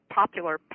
popular